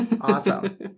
Awesome